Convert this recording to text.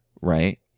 right